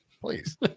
please